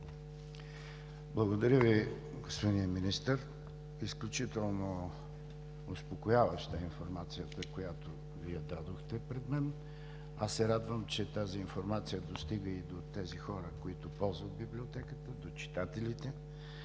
Благодаря Ви, господин Министър. Изключително успокояваща е информацията, която Вие дадохте пред мен. Аз се радвам, че тази информация достига и до тези хора, които ползват Библиотеката, до читателите